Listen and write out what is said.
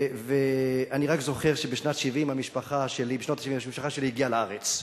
ואני רק זוכר שבשנות ה-70 המשפחה שלי הגיעה לארץ,